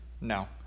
No